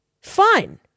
fine